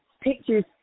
pictures